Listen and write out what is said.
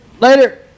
Later